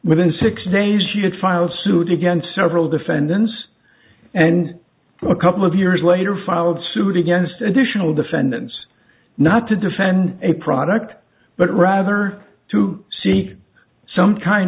within six days she had filed suit against several defendants and a couple of years later filed suit against additional defendants not to defend a product but rather to see some kind